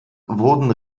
wurden